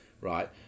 Right